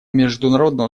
международного